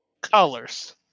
Colors